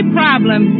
problem